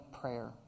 prayer